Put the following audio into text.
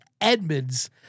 Edmonds